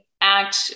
Act